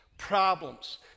Problems